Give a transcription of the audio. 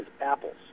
apples